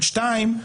שתיים,